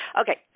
Okay